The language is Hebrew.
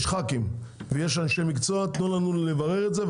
יש ח"כים ויש אנשי מקצוע תנו לנו לברר את זה,